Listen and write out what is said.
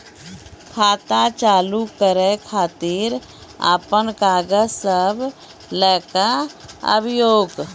खाता चालू करै खातिर आपन कागज सब लै कऽ आबयोक?